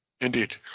Indeed